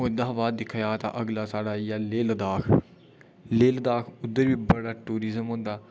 ओह्दे शा बाद दिक्खेआ जा तां अगला साढ़ा आई गेआ लेह लद्दाख लेह लद्दाख उद्धर बी बड़ा टूरिजम होंदा